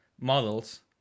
models